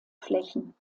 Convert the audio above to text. flächen